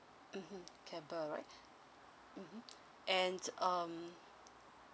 mmhmm canber right mmhmm and um